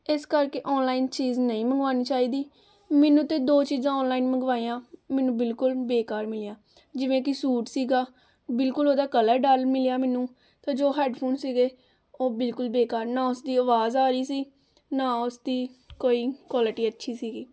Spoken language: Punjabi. ਇਸ ਕਰਕੇ ਓਨਲਾਇਨ ਚੀਜ਼ ਨਹੀਂ ਮੰਗਵਾਉਣੀ ਚਾਹੀਦੀ ਮੈਨੂੰ ਤਾਂ ਦੋ ਚੀਜ਼ਾਂ ਓਨਲਾਇਨ ਮੰਗਵਾਈਆਂ ਮੈਨੂੰ ਬਿਲਕੁਲ ਬੇਕਾਰ ਮਿਲੀਆਂ ਜਿਵੇਂ ਕਿ ਸੂਟ ਸੀਗਾ ਬਿਲਕੁਲ ਉਹਦਾ ਕਲਰ ਡੱਲ ਮਿਲਿਆ ਮੈਨੂੰ ਅਤੇ ਜੋ ਹੈਡਫ਼ੋਨ ਸੀਗੇ ਉਹ ਬਿਲਕੁਲ ਬੇਕਾਰ ਨਾ ਉਸ ਦੀ ਆਵਾਜ਼ ਆ ਰਹੀ ਸੀ ਨਾ ਉਸ ਦੀ ਕੋਈ ਕੁਆਲਟੀ ਅੱਛੀ ਸੀਗੀ